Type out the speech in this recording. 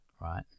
right